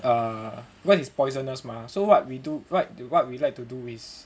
uh when is poisonous mah so what we do what what we like to do is